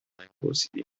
نمیپرسیدی